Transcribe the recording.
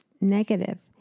negative